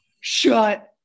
shut